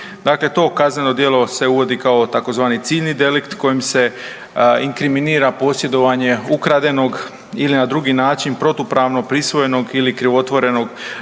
Dakle to kazneno djelo se uvodi kao tzv. ciljni delikt kojim se inkriminira posjedovanje ukradenog ili na drugi način protupravno prisvojenog ili krivotvorenog